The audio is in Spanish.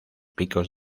picos